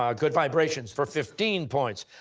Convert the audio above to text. ah good vibrations for fifteen points.